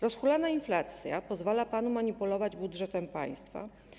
Rozhulana inflacja pozwala panu manipulować budżetem państwa.